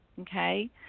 Okay